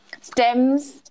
STEMS